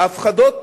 ההפחדות,